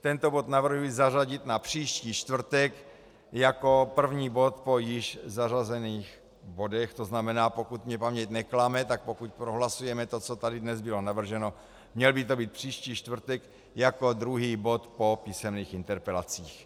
Tento bod navrhuji zařadit na příští čtvrtek jako první bod po již zařazených bodech, to znamená, pokud mne paměť neklame, tak pokud prohlasujeme to, co tady dnes bylo navrženo, měl by to být příští čtvrtek jako druhý bod po písemných interpelacích.